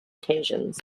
occasions